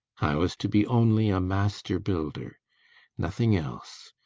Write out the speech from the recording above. i was to be only a master builder nothing else,